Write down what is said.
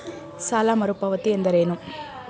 ಸಾಲ ಮರುಪಾವತಿ ಎಂದರೇನು?